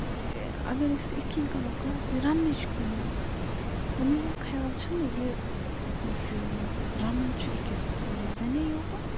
اَگر أسۍ یِتھ کٔنۍ کرو کَتھ کہِ رَننٕچ کٲم میون خیال چھُنہٕ زِ یہِ رَنُن چھُ أکِس زَنے یوتن